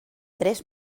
tres